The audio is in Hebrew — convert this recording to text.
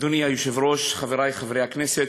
אדוני היושב-ראש, חברי חברי הכנסת,